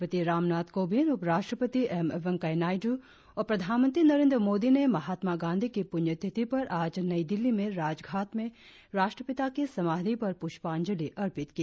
राष्ट्रपति रामनाथ कोविंद उपराष्ट्रपति एम वेंकैया नायडू और प्रधानमंत्री नरेंद्र मोदी ने महात्मा गांधी की पुण्यतिथि पर आज नई दिल्ली में राजघाट में राष्ट्रपिता की समाधि पर पुष्पाजंलि अर्पित की